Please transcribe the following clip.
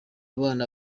bana